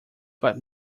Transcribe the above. but